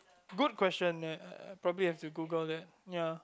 good question I I probably have to Google that ya